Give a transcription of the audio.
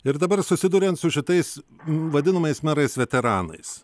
ir dabar susiduriant su šitais vadinamais merais veteranais